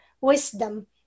wisdom